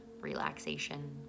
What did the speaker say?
relaxation